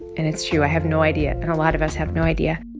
and it's true. i have no idea. and a lot of us have no idea.